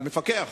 מפקח.